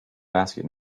basket